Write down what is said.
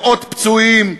מאות פצועים,